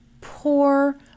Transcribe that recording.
poor